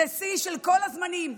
זה שיא של כל הזמנים.